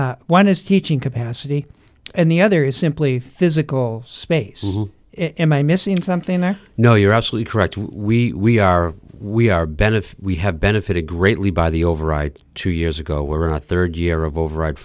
one is teaching capacity and the other is simply physical space and i missing something there no you're absolutely correct we are we are benefit we have benefited greatly by the override two years ago were a third year of over